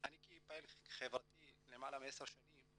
אני כפעיל חברתי למעלה מעשר שנים,